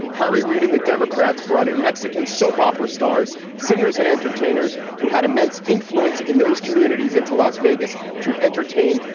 harry reid and the democrats brought in mexican soap opera stars, singers and entertainers who had immense influence in those communities and to las vegas to entertain,